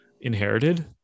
Inherited